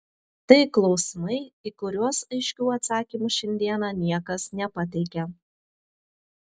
tai klausimai į kuriuos aiškių atsakymų šiandieną niekas nepateikia